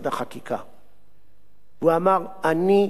הוא אמר: אני עוסק בנושא הזה עשרות שנים,